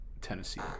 Tennessee